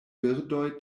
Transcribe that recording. birdoj